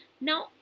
Now